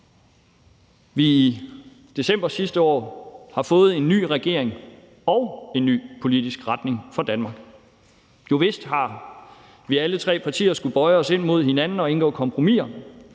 vi i december sidste år har fået en ny regering og en ny politisk retning for Danmark. Jovist, vi har alle tre partier skullet bøje os mod hinanden og indgå kompromiser,